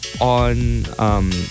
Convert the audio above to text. on